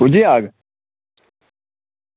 पुज्जी जाह्ग